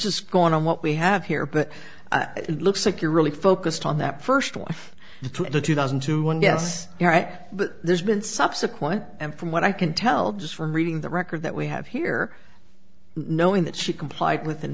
just going on what we have here but it looks like you're really focused on that first one to the two thousand to one guess you're at but there's been subsequent and from what i can tell just from reading the record that we have here knowing that she complied within